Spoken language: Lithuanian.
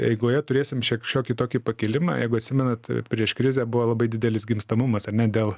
eigoje turėsim šiek šiokį tokį pakilimą jeigu atsimenat prieš krizę buvo labai didelis gimstamumas ar ne dėl